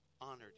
honored